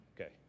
Okay